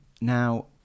now